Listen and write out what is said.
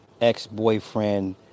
ex-boyfriend